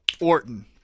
Orton